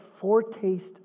foretaste